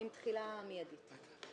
עם תחילה מידית.